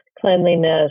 cleanliness